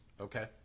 Okay